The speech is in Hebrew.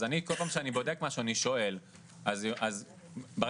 אז כל פעם שאני בודק משהו אני שואל,